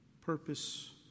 purpose